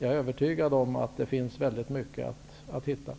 Jag är övertygad om att det går att hitta väldigt mycket intressant.